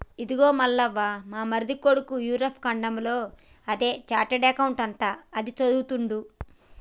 ఇదిగో మల్లవ్వ మా మరిది కొడుకు యూరప్ ఖండంలో అది చార్టెడ్ అకౌంట్ అంట అది చదువుతుండు